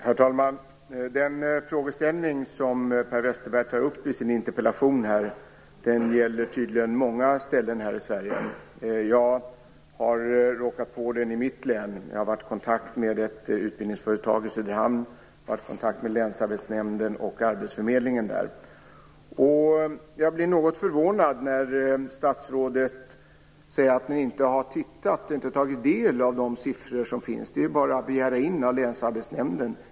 Herr talman! Den frågeställning Per Westerberg tar upp i sin interpellation gäller tydligen många ställen här i Sverige. Jag har råkat på den i mitt län när jag har varit i kontakt med ett utbildningsföretag i Jag blir något förvånad när statsrådet säger att hon inte har tittat på och tagit del av de siffror som finns. Det är ju bara att begära in dem av länsarbetsnämnden!